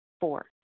Four